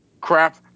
crap